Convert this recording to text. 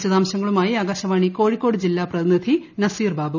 വിശദാംശങ്ങളുമായ ആകാശവാണി ക്യോഴിക്കോട് ജില്ലാ പ്രതിനിധി നസീർ ബാബു